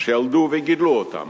שילדו וגידלו אותם.